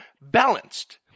balanced